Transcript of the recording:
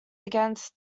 against